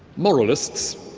moralists,